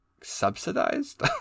subsidized